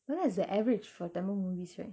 but that's the average for tamil movies right